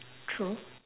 true